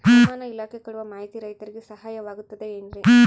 ಹವಮಾನ ಇಲಾಖೆ ಕೊಡುವ ಮಾಹಿತಿ ರೈತರಿಗೆ ಸಹಾಯವಾಗುತ್ತದೆ ಏನ್ರಿ?